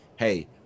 hey